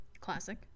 classic